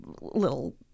little